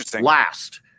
last